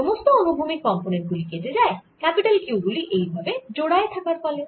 সমস্ত অনুভূমিক কম্পোনেন্ট গুলি কেটে যায় ক্যাপিটাল Q গুলি এই ভাবে জোড়ায় থাকার ফলে